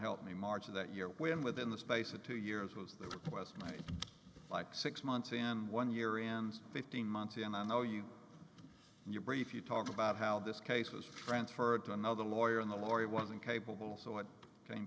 help me march of that year when within the space of two years was that it was like six months and one year and fifteen months and i know you and your brief you talk about how this case was transferred to another lawyer in the lori was incapable so i came